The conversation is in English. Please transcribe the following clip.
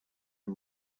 him